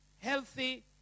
healthy